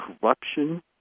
corruption